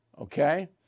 Okay